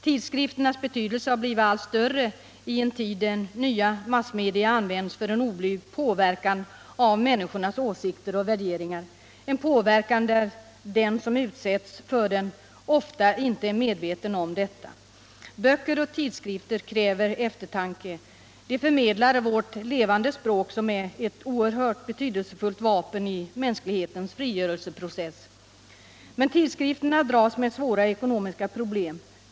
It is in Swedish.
Tidskrifternas betydelse har blivit allt större i en tid då nya massmedia används för en oblyg påverkan av människornas åsikter och värderingar, en påverkan där den som utsätts för den ofta inte är medveten om detta. Böcker och tidskrifter kräver eftertanke. De förmedlar vårt levande språk, som är ett oerhört betydelsefullt vapen i mänsklighetens frigörelseprocess. Men tidskrifterna dras med svåra ekonomiska problem.